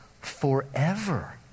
forever